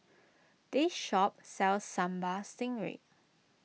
this shop sells Sambal Stingray